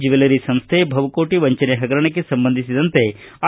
jewellery ಸಂಸ್ಥೆ ಬಹುಕೋಟವಂಚನೆ ಹಗರಣಕ್ಕೆ ಸಂಬಂಧಿಸಿದಂತೆ ಐ